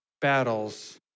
battles